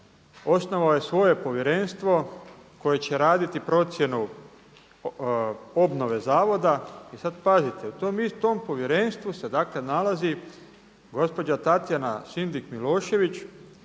osnovao je svoje povjerenstvo koje će raditi procjenu obnove zavoda. I sada pazite, u tom povjerenstvu se dakle nalazi gospođa Tatjana Sindik Milošević